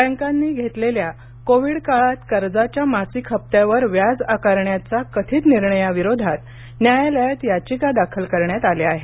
बँकांनी घेतलेल्या कोविड काळात कर्जाच्या मासिक हप्त्यावर व्याज आकारण्याचा कथित निर्णयाविरोधात न्यायालयात याचिका दाखल करण्यात आल्या आहेत